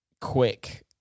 quick